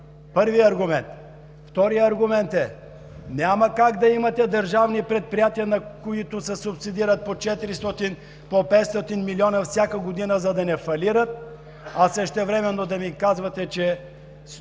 Първи аргумент. Вторият аргумент е: няма как да имате държавни предприятия, на които се субсидират по 400, по 500 милиона всяка година, за да не фалират, а същевременно да ми казвате, че 100